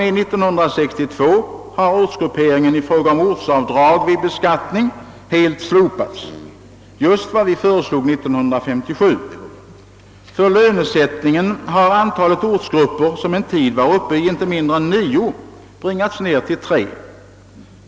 1962 har ortsgrupperingen i fråga om ortsavdrag vid beskattning helt slopats — just vad vi föreslog 1957. För lönesättningen har antalet ortsgrupper, som en tid var uppe i inte minder än nio, bringats ned till tre.